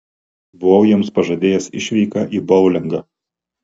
buvau jiems pažadėjęs išvyką į boulingą